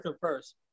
first